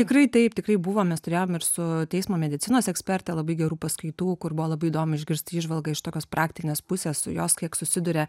tikrai taip tikrai buvo mes turėjom ir su teismo medicinos eksperte labai gerų paskaitų kur buvo labai įdomu išgirsti įžvalgą iš tokios praktinės pusės jos kiek susiduria